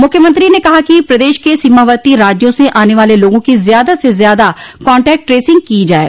मुख्यमंत्री ने कहा कि प्रदेश के सोमावर्ती राज्यों से आने वाले लोगों की ज्यादा से ज्यादा कांटेक्ट ट्रेसिंग की जाये